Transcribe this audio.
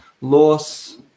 loss